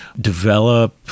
develop